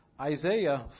Isaiah